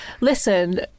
Listen